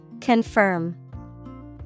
Confirm